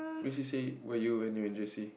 which he says where you're in when you're in J_C